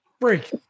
break